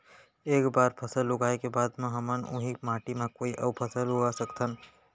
एक बार फसल उगाए के बाद का हमन ह, उही माटी मा कोई अऊ फसल उगा सकथन?